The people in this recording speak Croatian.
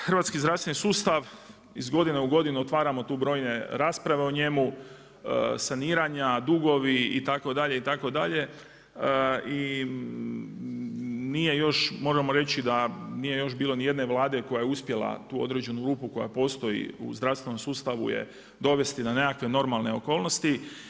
Hrvatski zdravstveni sustav iz godine u godinu otvaramo tu brojne rasprave o njemu, saniranja, dugovi itd., itd. i moramo reći da nije bilo još nijedne vlade koja je uspjela tu određenu rupu koja postoji u zdravstvenom sustavu dovesti na nekakve normalne okolnosti.